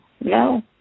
No